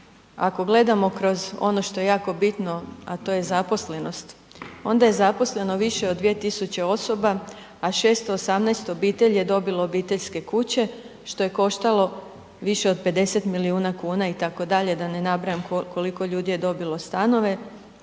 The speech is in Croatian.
Ako gledamo ono što je jako bitno, a to je zaposlenost, onda je zaposleno više od 2.000 osoba, a 618 obitelji je dobilo obiteljske kuće što je koštalo više od 50 milijuna kuna itd., da ne nabrajam koliko ljudi je dobilo stanove.